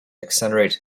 accelerate